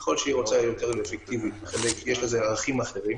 יכול להיות שהיא רוצה להיות יותר אפקטיבית ויש לזה ערכים אחרים,